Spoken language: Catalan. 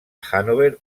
hannover